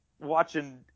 watching